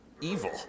evil